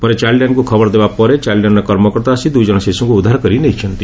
ପରେ ଚାଇଲ୍ଚ ଲାଇନକୁ ଖବରଦେବା ପରେ ଚାଇଲ୍ଡ ଲାଇନର କର୍ମକର୍ତା ଆସି ଦୁଇ ଜଣ ଶିଶୁଙ୍କୁ ଉଦ୍ଧାରକରି ନେଇଛନ୍ତି